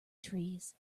trees